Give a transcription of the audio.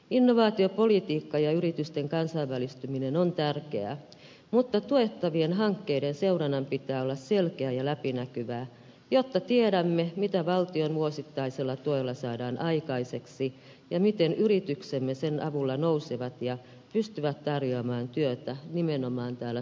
innovaatiopolitiikka ja yritysten kansainvälistyminen on tärkeää mutta tuettavien hankkeiden seurannan pitää olla selkeää ja läpinäkyvää jotta tiedämme mitä valtion vuosittaisella tuella saadaan aikaiseksi ja miten yrityksemme sen avulla nousevat ja pystyvät tarjoamaan työtä nimenomaan tälle